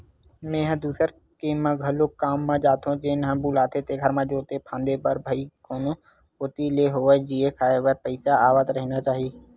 मेंहा दूसर के म घलोक काम म जाथो जेन ह बुलाथे तेखर म जोते फांदे बर भई कोनो कोती ले होवय जीए खांए बर पइसा आवत रहिना चाही